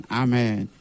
amen